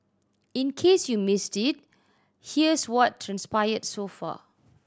in case you missed it here's what transpired so far